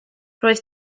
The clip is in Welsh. roedd